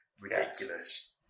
ridiculous